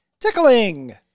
tickling